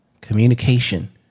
communication